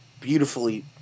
Beautifully